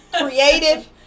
Creative